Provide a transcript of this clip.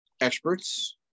experts